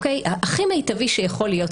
הכי מיטבי שיכול להיות,